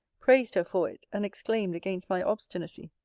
praised her for it, and exclaimed against my obstinacy.